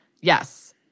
yes